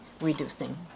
reducing